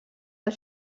del